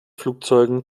flugzeugen